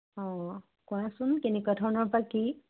অঁ কোৱাচোন কেনেকুৱা ধৰণৰ বা কি